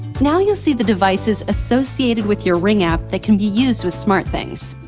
now, you'll see the devices associated with your ring app that can be used with smartthings,